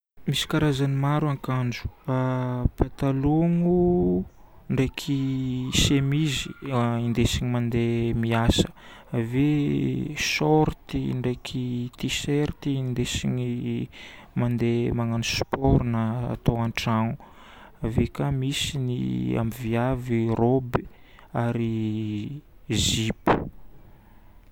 Misy karazany maro akanjo: patalomo ndraiky chemise indesigna mandeha miasa. Ave short ndraiky T-shirt indesigna mandeha magnano sport na atao an-tragno. Ave ka misy ny an'ny viavy: robe ary zipo.